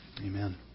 Amen